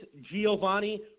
Giovanni